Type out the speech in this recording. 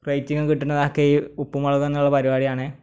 rating കിട്ടുന്നതൊക്കെ ഈ ഉപ്പും മുളകുമെന്നുള്ള പരിപാടിയാണ്